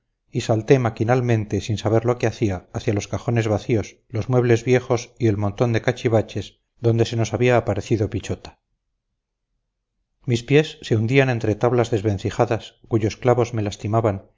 y salté maquinalmente sin saber lo que hacía hacia los cajones vacíos los muebles viejos y el montón de cachivaches donde se nos había aparecido pichota mis pies se hundían entre tablas desvencijadas cuyos clavos me lastimaban